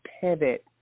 pivot